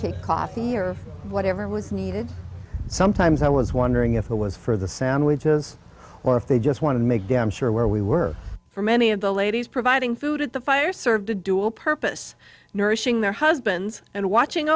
our coffee or whatever was needed sometimes i was wondering if it was for the sandwiches or if they just want to make damn sure where we were for many of the ladies providing food at the fire served a dual purpose nourishing their husbands and watching